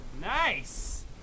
Nice